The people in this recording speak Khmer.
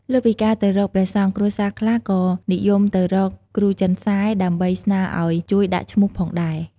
លើសពីការទៅរកព្រះសង្ឃ គ្រួសារខ្លះក៏និយមទៅរកគ្រូចិនសែ ដើម្បីស្នើឲ្យជួយដាក់ឈ្មោះផងដែរ។